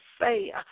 say